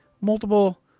multiple